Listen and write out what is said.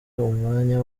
umwanya